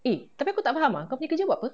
eh tapi aku tak faham ah kau punya kerja buat apa